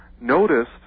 noticed